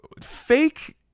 fake